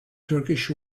turkish